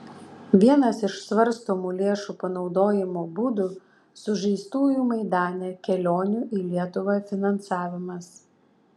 vienas iš svarstomų lėšų panaudojimo būdų sužeistųjų maidane kelionių į lietuvą finansavimas